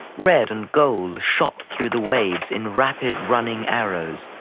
red and gold shot through the waves in rapid, running arrows,